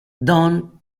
don